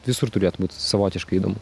visur turėtų būt savotiškai įdomu